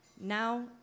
Now